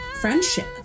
friendship